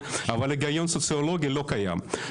אבל היגיון סוציולוגי לא קיים.